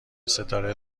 ستاره